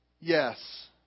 yes